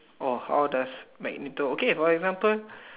oh how does Magneto okay for example